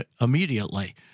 immediately